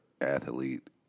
athlete